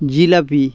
jalebi